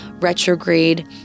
retrograde